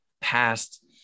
past